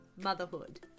motherhood